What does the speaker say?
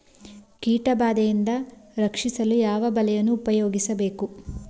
ಕೀಟಬಾದೆಯಿಂದ ರಕ್ಷಿಸಲು ಯಾವ ಬಲೆಯನ್ನು ಉಪಯೋಗಿಸಬೇಕು?